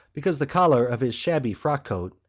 because the collar of his shabby frock-coat,